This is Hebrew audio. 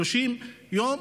30 יום.